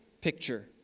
picture